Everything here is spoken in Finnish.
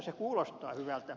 se kuulostaa hyvältä